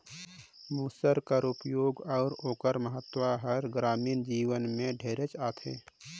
मूसर कर परियोग अउ ओकर महत हर गरामीन जीवन में ढेरेच अहे